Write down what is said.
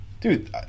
Dude